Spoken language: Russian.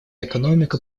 экономика